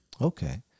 Okay